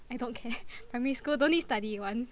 I don't care primary school don't need study [one]